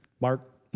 Mark